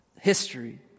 history